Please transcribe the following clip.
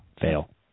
Fail